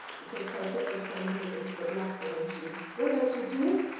because caltech was trying to get into the black financially. what does he do?